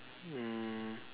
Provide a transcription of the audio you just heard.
um